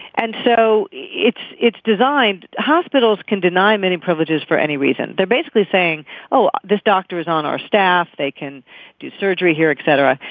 and so it's it's designed hospitals can deny many privileges for any reason. they're basically saying oh this doctor is on our staff. they can do surgery here etc.